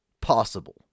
possible